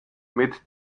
mit